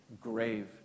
grave